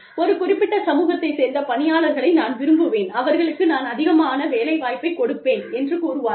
ஒரு குறிப்பிட்ட சமூகத்தை சேர்ந்த பணியாளர்களை நான் விரும்புவேன் அவர்களுக்கு நான் அதிகமாக வேலைவாய்ப்பைக் கொடுப்பேன் என்று கூறுவார்கள்